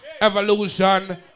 Evolution